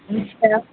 Vespa